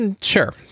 Sure